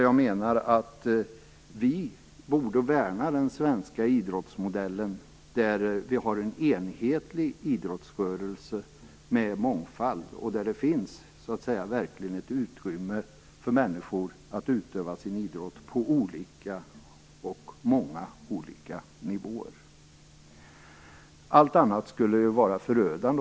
Jag menar att vi borde värna den svenska idrottsmodellen, en enhetlig idrottsrörelse med en mångfald som verkligen ger utrymme för människor att utöva idrott på många olika nivåer. Allt annat skulle vara förödande.